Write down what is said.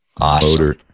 Awesome